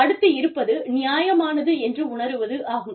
அடுத்து இருப்பது நியாயமானது என்று உணருவது ஆகும்